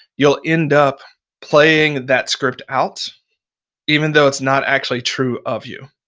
you'll end up playing that script out even though it's not actually true of you.